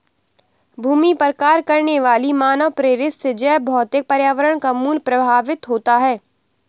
भूमि पर कार्य करने वाली मानवप्रेरित से जैवभौतिक पर्यावरण का मूल्य प्रभावित होता है